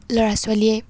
ল'ৰা ছোৱালীয়ে